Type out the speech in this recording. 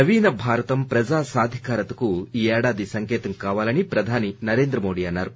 నవీన భారతం ప్రజా సాధికారతకు ఈ ఏడాది సంకేతం కావాలని ప్రధానమంత్రి నరేంద్ర మోదీ అన్నారు